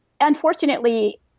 unfortunately